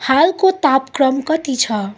हालको तापक्रम कति छ